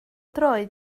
droed